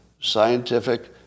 scientific